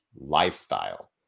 lifestyle